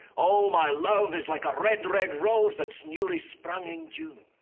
o my love is like a red, red rose that's newly sprung in june?